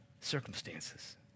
circumstances